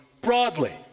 broadly